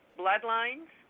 bloodlines